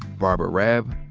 barbara raab,